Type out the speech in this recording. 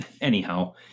Anyhow